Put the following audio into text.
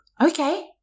okay